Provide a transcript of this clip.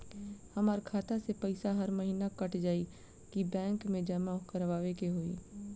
हमार खाता से पैसा हर महीना कट जायी की बैंक मे जमा करवाए के होई?